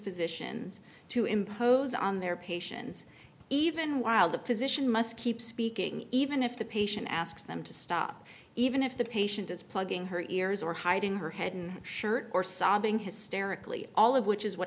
physicians to impose on their patients even while the position must keep speaking even if the patient asks them to stop even if the patient is plugging her ears or hiding her head in shirt or sobbing hysterically all of which is what